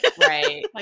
Right